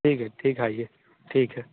ठीक है ठीक है आइए ठीक है